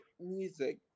music